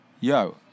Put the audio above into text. Yo